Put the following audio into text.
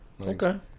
Okay